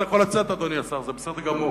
אתה יכול לצאת, אדוני השר, זה בסדר גמור.